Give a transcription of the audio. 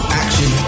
action